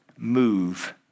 Move